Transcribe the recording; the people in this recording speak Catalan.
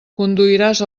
conduiràs